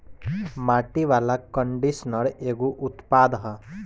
माटी वाला कंडीशनर एगो उत्पाद ह